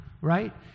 right